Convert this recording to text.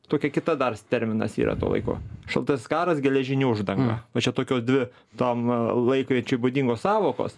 tokia kita dar terminas yra to laiko šaltasis karas geležinė uždanga va čia tokios dvi tam laikmečiui būdingos sąvokos